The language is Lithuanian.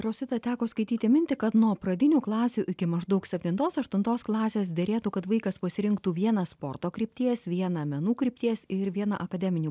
rosita teko skaityti mintį kad nuo pradinių klasių iki maždaug septintos aštuntos klasės derėtų kad vaikas pasirinktų vieną sporto krypties vieną menų krypties ir vieną akademinį